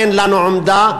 אין לנו עמדה,